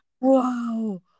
Wow